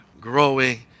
growing